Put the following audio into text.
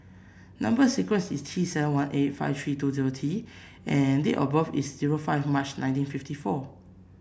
number sequence is T seven one eight five three two zero T and date of birth is zero five March nineteen fifty four